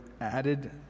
added